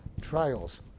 trials